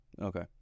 Okay